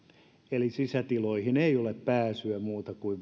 eli sisätiloihin ei ole pääsyä muuta kuin